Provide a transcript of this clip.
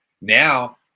now